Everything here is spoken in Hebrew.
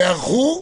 תיערכו,